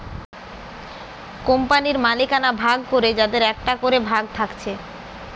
কোম্পানির মালিকানা ভাগ করে যাদের একটা করে ভাগ থাকছে